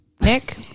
Nick